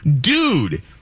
Dude